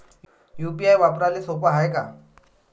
UPI वापराले सोप हाय का?